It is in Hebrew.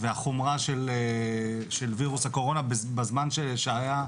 והחומרה של וירוס הקורונה בזמן שהיה,